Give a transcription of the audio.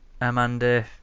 Amanda